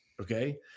Okay